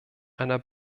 einer